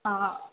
हा